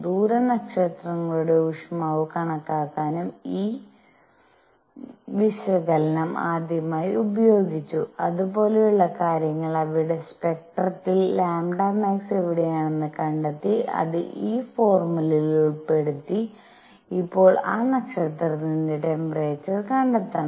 ദൂര നക്ഷത്രങ്ങളുടെ ഊഷ്മാവ് കണക്കാക്കാനും ഈ വിശകലനം ആദ്യമായി ഉപയോഗിച്ചു അത് പോലെയുള്ള കാര്യങ്ങൾ അവയുടെ സ്പെക്ട്രത്തിൽ λmax എവിടെയാണെന്ന് കണ്ടെത്തി അത് ഈ ഫോർമുലയിൽ ഉൾപ്പെടുത്തി ഇപ്പോൾ ആ നക്ഷത്രത്തിന്റെ ട്ടെമ്പേറെചർ കണ്ടെത്തണം